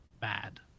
Bad